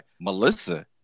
Melissa